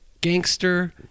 gangster